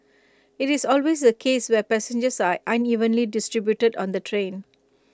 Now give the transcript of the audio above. IT is always the case where passengers are unevenly distributed on the train